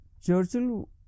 Churchill